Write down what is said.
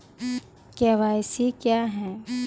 KYC क्या हैं?